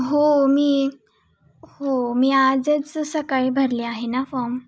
हो मी हो मी आजच सकाळी भरले आहे ना फॉम